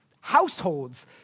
households